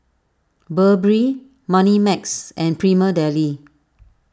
Burberry Moneymax and Prima Deli